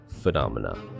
Phenomena